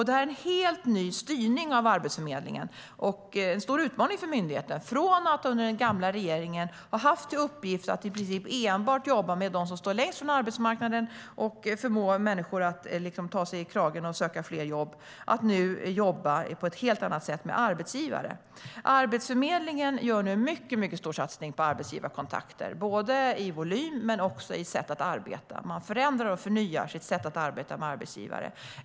Det är en helt ny styrning av Arbetsförmedlingen och en stor utmaning för myndigheten. Från att under den tidigare regeringen ha haft till uppgift att i princip enbart jobba med dem som står längst från arbetsmarknaden och att förmå människor att så att säga ta sig i kragen och söka jobb jobbar Arbetsförmedlingen nu på ett helt annat sätt tillsammans med arbetsgivare. Arbetsförmedlingen gör en mycket stor satsning på arbetsgivarkontakter, både i volym och i sättet att arbeta. Man förändrar och förnyar sitt sätt att arbeta med arbetsgivare.